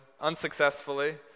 unsuccessfully